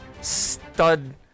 stud